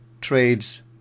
trades